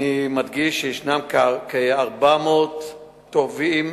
אני מדגיש שיש כ-400 תובעים,